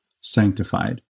sanctified